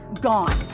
gone